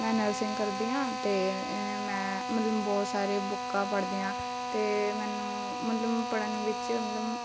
ਮੈਂ ਨਰਸਿੰਗ ਕਰਦੀ ਹਾਂ ਅਤੇ ਮੈਂ ਮਤਲਬ ਬਹੁਤ ਸਾਰੀ ਬੁੱਕਾਂ ਪੜ੍ਹਦੀ ਹਾਂ ਅਤੇ ਮੈਨੂੰ ਮਤਲਬ ਪੜ੍ਹਨ ਵਿੱਚ ਮਤਲਬ